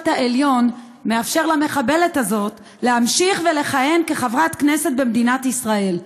העליון מאפשר למחבלת הזאת להמשיך לכהן כחברת כנסת במדינת ישראל,